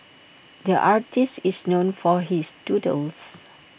the artist is known for his doodles